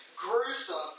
gruesome